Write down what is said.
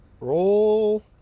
roll